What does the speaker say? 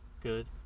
good